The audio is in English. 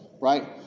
right